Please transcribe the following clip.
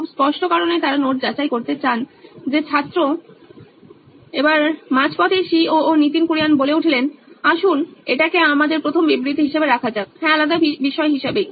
খুব স্পষ্ট কারণে তারা নোট যাচাই করতে চান যে ছাত্র নীতিন কুরিয়ান সি ও ও নইন ইলেকট্রনিক্স আসুন এটিকে আমাদের প্রথম বিবৃতি হিসাবে রাখা যাক হ্যাঁ আলাদা বিষয় হিসাবেই